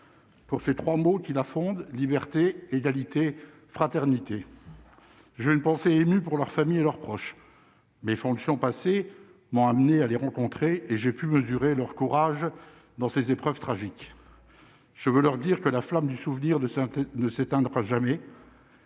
pour ces 3 mots qui la fondent, liberté, égalité, fraternité, je ne pensais émue pour leurs familles et leurs proches, mes fonctions passées m'amenés à les rencontrer et j'ai pu mesurer leur courage dans ces épreuves tragiques, je veux leur dire que la flamme du souvenir de de s'étendre à jamais.